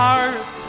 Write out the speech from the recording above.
Heart